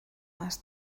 más